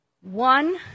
One